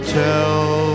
tell